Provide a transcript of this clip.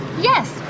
yes